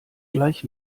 gleich